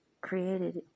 created